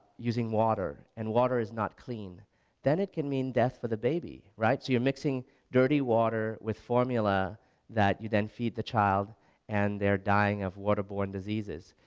using water and water is not clean than it can mean death for the baby right so you're mixing dirty water with formula that you then feed the child and they're dying of water borne diseases,